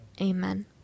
Amen